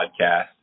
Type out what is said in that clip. Podcast